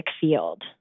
field